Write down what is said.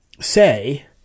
say